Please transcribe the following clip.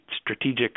strategic